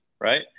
right